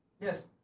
Yes